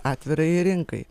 atvirai rinkai